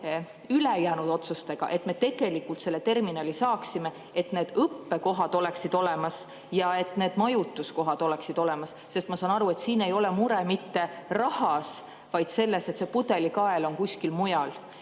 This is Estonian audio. ülejäänud otsustega, et me tegelikult selle terminali saaksime, et need õppekohad oleksid olemas ja et need majutuskohad oleksid olemas? Ma saan aru, et siin ei ole mure mitte rahas, vaid selles, et see pudelikael on kuskil mujal?